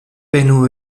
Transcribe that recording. penu